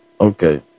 okay